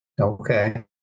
Okay